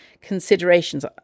considerations